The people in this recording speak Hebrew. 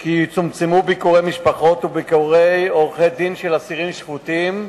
כי יצומצמו ביקורי משפחות וביקורי עורכי-דין של אסירים שפוטים,